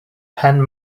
penn